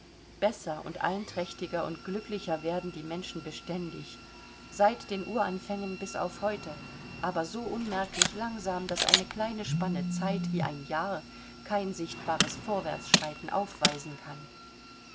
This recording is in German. besser und einträchtiger und glücklicher werden die menschen beständig seit den uranfängen bis auf heute aber so unmerklich langsam daß eine kleine spanne zeit wie ein jahr kein sichtbares vorwärtsschreiten aufweisen kann